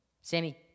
Sammy